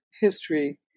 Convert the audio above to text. history